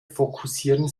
fokussieren